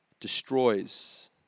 destroys